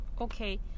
Okay